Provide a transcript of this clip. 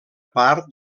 part